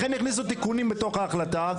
לכן הכניסו תיקונים בתוך ההחלטה.